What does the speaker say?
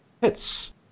Hits